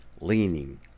leaning